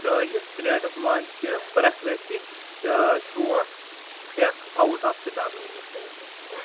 چٲنِس کرٛیٹس مَنٛز چھ پرٛاکھرٛتِک شونٛٹھ پھٮ۪کھ آوُٹ آف سٹاک